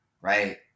right